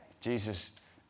Jesus